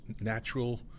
natural